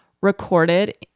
recorded